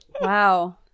wow